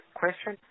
question